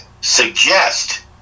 suggest